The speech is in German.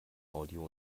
audio